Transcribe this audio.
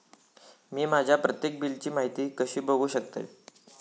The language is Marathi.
मी माझ्या प्रत्येक बिलची माहिती कशी बघू शकतय?